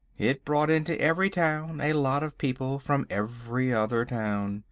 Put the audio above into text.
it brought into every town a lot of people from every other town.